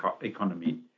economy